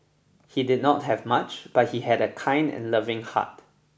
he did not have much but he had a kind and loving heart